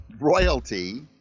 royalty